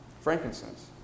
Frankincense